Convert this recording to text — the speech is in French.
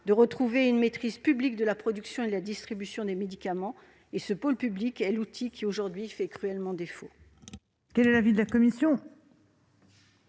de retrouver une maîtrise publique de la production et de la distribution de médicaments ; ce pôle public est l'outil qui nous fait cruellement défaut